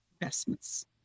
investments